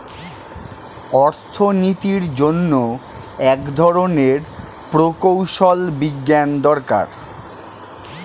অর্থনীতির জন্য এক ধরনের প্রকৌশল বিজ্ঞান দরকার